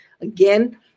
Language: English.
Again